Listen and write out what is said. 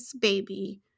baby